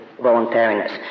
voluntariness